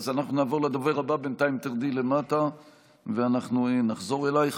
אז אנחנו נעבור לדובר הבא ובינתיים תרדי למטה ואנחנו נחזור אלייך.